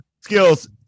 Skills